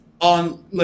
on